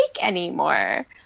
anymore